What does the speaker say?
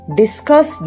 discuss